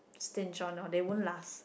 stint on or they won't last